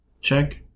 check